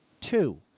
two